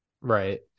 Right